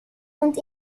und